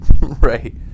Right